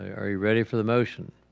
ah are you ready for the motion?